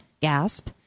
gasp